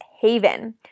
haven